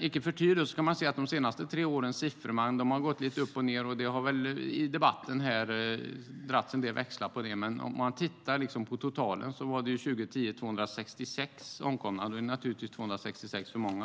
Icke förty kan man se att de senaste tre årens siffror har gått upp och ned, och i debatten har man dragit en del växlar på det. Låt oss se på totalen. För 2010 var det 266 omkomna. Nu är det naturligtvis 266 för många.